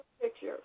picture